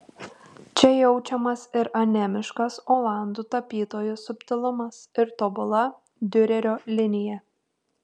čia jaučiamas ir anemiškas olandų tapytojų subtilumas ir tobula diurerio linija